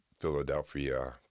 philadelphia